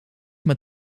met